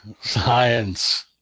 Science